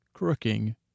crooking